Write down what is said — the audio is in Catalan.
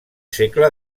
segle